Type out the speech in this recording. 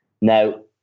Now